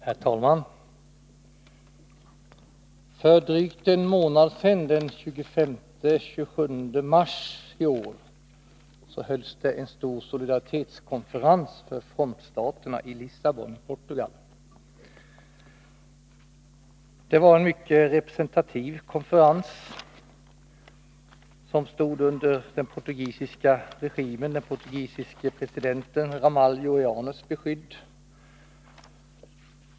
Herr talman! För drygt en månad sedan, den 25-27 mars, hölls i Lissabon en stor solidaritetskonferens för frontstaterna i södra Afrika. Konferensen stod under beskydd av den portugisiska regimen och presidenten Ramalho Eanes.